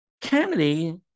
Kennedy